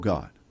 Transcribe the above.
God